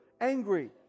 angry